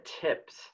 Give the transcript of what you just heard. tips